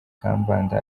kambanda